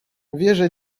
wierzę